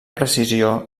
precisió